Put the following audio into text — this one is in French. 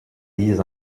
dix